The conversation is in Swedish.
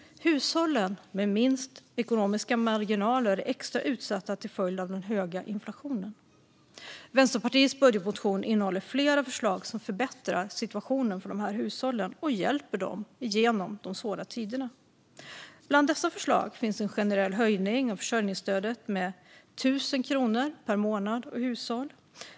Hushåll med minst ekonomiska marginaler är extra utsatta till följd av den höga inflationen. Vänsterpartiets budgetmotion innehåller flera förslag som förbättrar situationen för dessa hushåll och hjälper dem igenom de svåra tiderna. Bland dessa förslag finns en generell höjning av försörjningsstödet med 1 000 kronor per månad och hushåll.